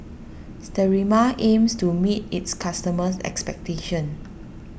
Sterimar aims to meet its customers' expectations